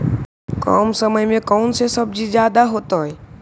कम समय में कौन से सब्जी ज्यादा होतेई?